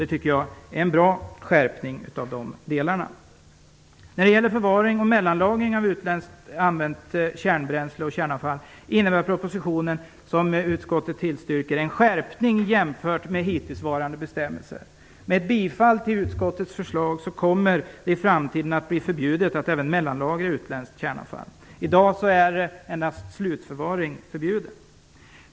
Det tycker jag är en bra skärpning. När det gäller förvaring och mellanlagring av utländskt använt kärnbränsle och kärnavfall innebär propositionen - vilket utskottet tillstyrker - en skärpning jämfört med hittillsvarande bestämmelser. Med bifall till utskottets förslag kommer det att bli förbjudet att i framtiden även mellanlagra utländskt kärnavfall. I dag är endast slutförvaring förbjuden.